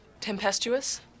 tempestuous